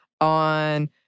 on